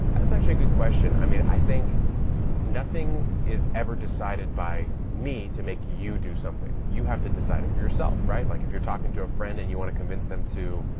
that's actually a good question. i mean, i think nothing is ever decided by me to make you do something. you have to decide it for yourself, right? like if you're talking to a friend and you want to convince them to,